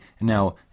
Now